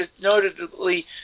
notably